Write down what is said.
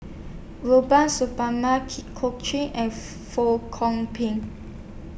Rubiah Suparman Jit Koon Ch'ng and Fong Pik